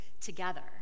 together